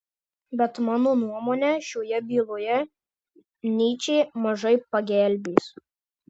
bet mano nuomone šioje byloje nyčė mažai pagelbės